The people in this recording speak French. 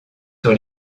sur